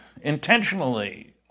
intentionally